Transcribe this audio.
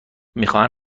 میخواهند